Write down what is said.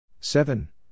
seven